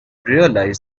realized